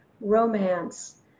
romance